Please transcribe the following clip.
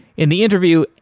in the interview,